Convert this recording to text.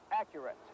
accurate